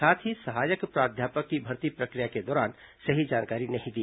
साथ ही सहायक प्राध्यापक की भर्ती प्रक्रिया के दौरान सही जानकारी नहीं दी